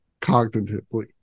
cognitively